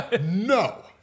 No